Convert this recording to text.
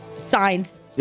Signs